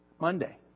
Monday